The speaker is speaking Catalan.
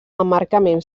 emmarcaments